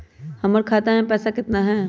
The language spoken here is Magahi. हमर खाता मे पैसा केतना है?